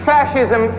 Fascism